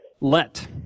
Let